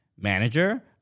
manager